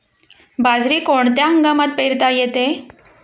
बाजरी कोणत्या हंगामात पेरता येते?